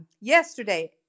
yesterday